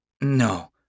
No